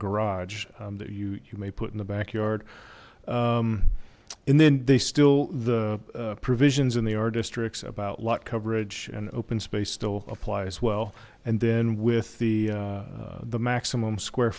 garage that you you may put in the back yard and then they still the provisions in the our districts about lot coverage and open space still apply as well and then with the the maximum square